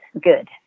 good